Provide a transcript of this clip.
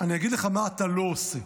אני אגיד לך מה אתה לא עושה.